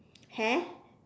hair